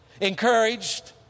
encouraged